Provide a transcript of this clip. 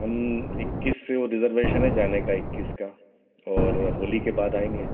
हम इक्कीस से रिज़र्वेशन है जाने का इक्कीस का और होली के बाद आएँगे